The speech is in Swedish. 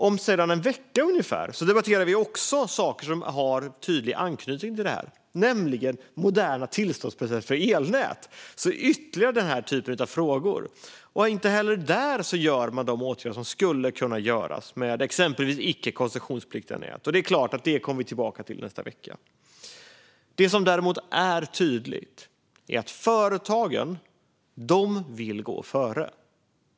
Om ungefär en vecka kommer vi att debattera saker som har tydlig anknytning till det här: moderna tillståndsprocesser för elnät, alltså mer av den här typen av frågor. Inte heller där vidtar man de åtgärder som man skulle kunna med exempelvis icke koncessionspliktiga nät. Det kommer vi såklart tillbaka till nästa vecka. Det är däremot tydligt att företagen vill gå före.